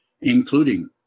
including